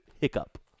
hiccup